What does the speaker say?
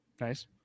Nice